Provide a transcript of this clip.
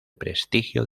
prestigio